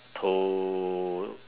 toe